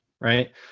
Right